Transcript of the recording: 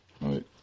Right